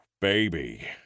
Baby